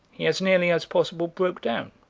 he as nearly as possible broke down,